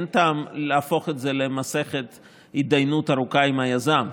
אין טעם להפוך את זה למסכת הידיינות ארוכה עם היזם.